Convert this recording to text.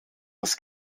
das